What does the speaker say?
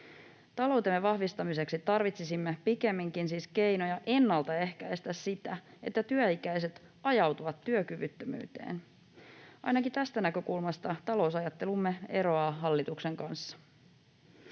Taloutemme vahvistamiseksi tarvitsisimme pikemminkin siis keinoja ennaltaehkäistä sitä, että työ-ikäiset ajautuvat työkyvyttömyyteen. Ainakin tästä näkökulmasta talousajattelumme eroaa hallituksesta.